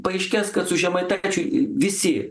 paaiškės kad su žemaitaičiu į visi